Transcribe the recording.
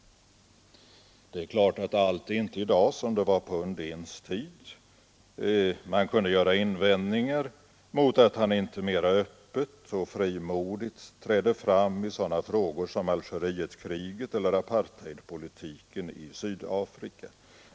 Det är klart att allt i dag inte är som det var på Undéns tid. Man kunde resa invändningar mot att han inte mera öppet och frimodigt trädde fram i sådana frågor som Algerietkriget eller apartheidpolitiken i Sydafrika.